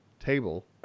table